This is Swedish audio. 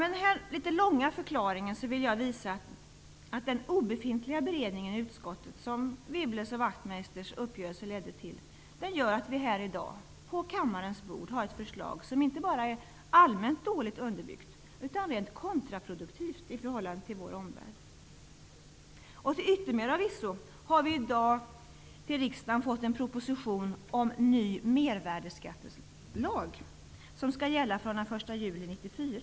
Med den här något långa förklaringen vill jag visa att den obefintliga beredningen i utskottet, som Wibbles och Wachtmeisters uppgörelse ledde till, gör att vi här i dag på kammarens bord har ett förslag som inte bara är allmänt dåligt underbyggt utan rent kontraproduktivt i förhållande till vår omvärld. Till yttermera visso har vi i dag till riksdagen fått en proposition om en ny mervärdesskattelag som skall gälla från den 1 juli 1994.